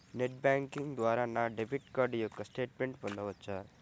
Net banking ద్వారా నా debit card యొక్క స్టేట్మెంట్ పొందవచ్చా?